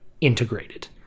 integrated